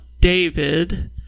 David